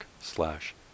slash